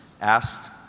asked